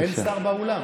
אין שר באולם.